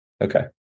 Okay